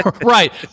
Right